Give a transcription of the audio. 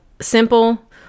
simple